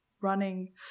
running